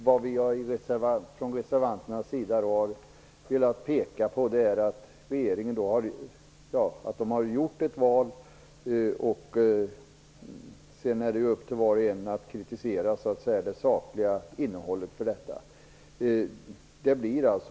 Det vi från reservanternas sida har velat peka på är att regeringen har gjort ett val, och sedan är det upp till var och en att kritisera det sakliga innehållet i detta.